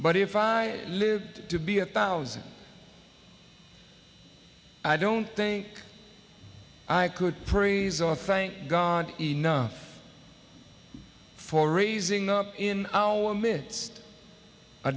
but if i live to be a thousand i don't think i could praise or thank god enough for raising up in our mi